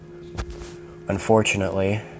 Unfortunately